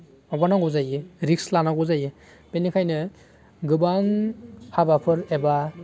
माबा नांगौ जायो रिक्स लानांगौ जायो बिनिखायनो गोबां हाबाफोर एबा